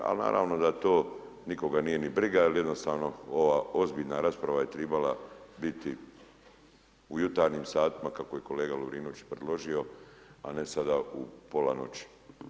Ali, naravno da to nikoga nije ni briga, jer jednostavna ova ozbiljna rasprava je trebala biti u jutarnjim satim, a kako je kolega Lovirnović predložio, a ne sada u pola noći.